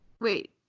Wait